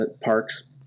parks